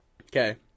Okay